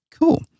Cool